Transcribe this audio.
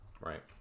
Right